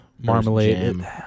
marmalade